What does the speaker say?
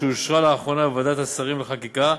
שאושרה לאחרונה בוועדת השרים לחקיקה,